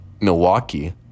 Milwaukee